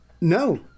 No